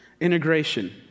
Integration